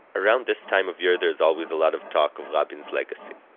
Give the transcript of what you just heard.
around this time of year there is always a lot of talk of rabin's legacy.